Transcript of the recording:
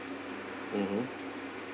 mmhmm